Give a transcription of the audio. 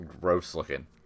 gross-looking